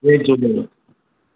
Jay Jhulelal